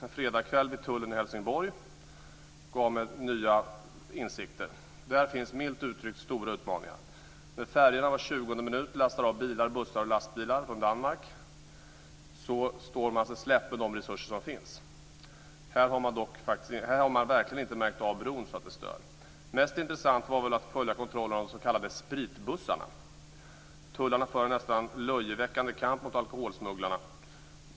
En fredagskväll vid tullen i Helsingborg gav mig nya insikter. Där finns det milt uttryckt stora utmaningar. Färjorna lastar var 20:e minut av bilar, bussar och lastbilar från Danmark. Med de resurser som finns står tullen sig slätt. Här har man verkligen inte märkt av bron så att det stör. Mest intressant var det väl att följa kontrollen av de s.k. spritbussarna. Tullarna för en nästan löjeväckande kamp mot alkoholsmugglarna.